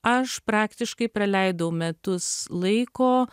aš praktiškai praleidau metus laiko